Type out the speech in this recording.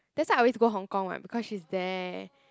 that's why I always go Hong Kong what because she is there